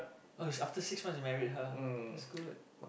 oh it's after six months I married her the school